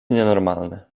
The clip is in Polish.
nienormalne